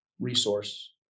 resource